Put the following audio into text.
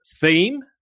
theme